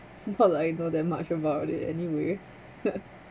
it's not like I know that much about it anyway